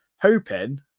hoping